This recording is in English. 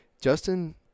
Justin